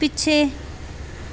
ਪਿੱਛੇ